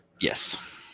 Yes